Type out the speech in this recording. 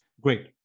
Great